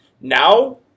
Now